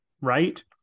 right